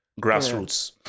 grassroots